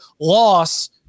loss